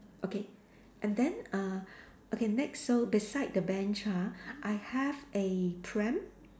okay and then uh okay next so beside the bench ha I have a pram